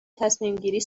تصمیمگیری